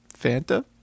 Fanta